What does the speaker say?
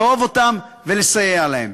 לאהוב אותם ולסייע להם.